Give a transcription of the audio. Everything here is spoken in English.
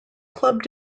club